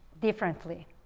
differently